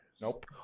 Nope